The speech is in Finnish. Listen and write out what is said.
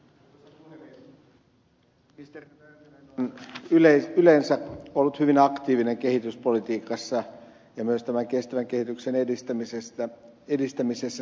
ministeri väyrynen on yleensä ollut hyvin aktiivinen kehityspolitiikassa ja siinä kestävän kehityksen edistämisessä